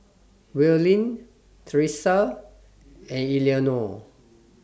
Willene Thresa and Eleonore